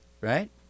right